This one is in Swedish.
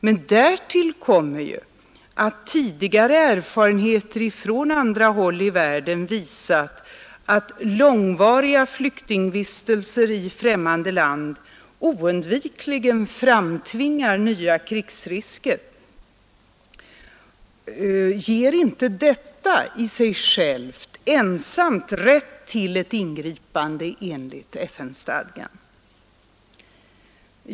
Men därtill kommer ju att tidigare erfarenheter från andra håll i världen visat att långvariga flyktingvistelser i främmande land oundvikligen framtvingar nya krigsrisker. Ger inte detta i sig självt ensamt rätt till ett ingripande enligt FN-stadgan?